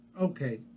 okay